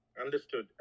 Understood